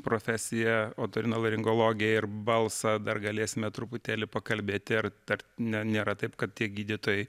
profesiją otorinolaringologiją ir balsą dar galėsime truputėlį pakalbėti ar dar nėra taip kad tie gydytojai